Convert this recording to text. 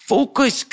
Focus